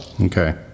Okay